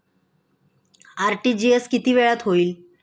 RTGS किती वेळात होईल?